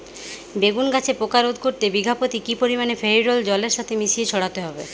বেগুন গাছে পোকা রোধ করতে বিঘা পতি কি পরিমাণে ফেরিডোল জলের সাথে মিশিয়ে ছড়াতে হবে?